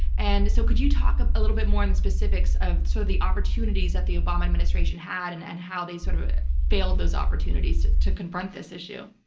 and so could you talk a little bit more on the specifics of so the opportunities that the obama administration had and and how they sort of failed those opportunities to to confront this issue?